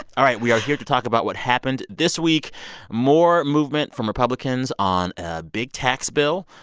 all right. we are here to talk about what happened this week more movement from republicans on a big tax bill,